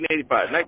1985